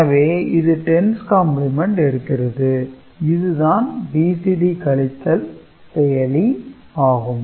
எனவே இது 10's complement எடுக்கிறது இது தான் BCD கழித்தல் செயலி ஆகும்